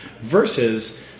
versus